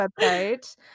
website